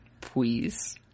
please